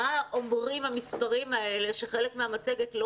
מה אומרים המספרים האלה כאשר חלק מהמצגת לא